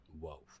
wow